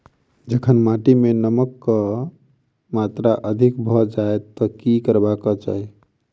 जखन माटि मे नमक कऽ मात्रा अधिक भऽ जाय तऽ की करबाक चाहि?